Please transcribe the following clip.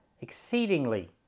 exceedingly